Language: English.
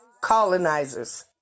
colonizers